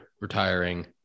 retiring